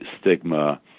stigma